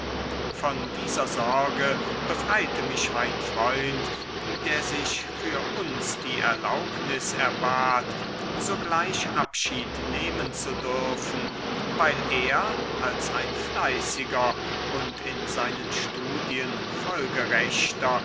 von dieser sorge befreite mich mein freund der sich für uns die erlaubnis erbat sogleich abschied nehmen zu dürfen weil er als ein fleißiger und in seinen studien folgerechter